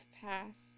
passed